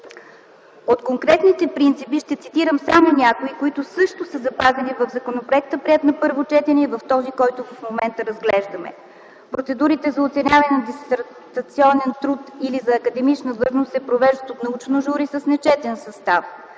От конкретните принципи ще цитирам само някои, които също са запазени в законопроекта, приет на първо четене, и в този, който в момента разглеждаме. Процедурите за оценяване на дисертационен труд или за академична длъжност се провеждат от научно жури с нечетен състав.